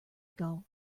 ago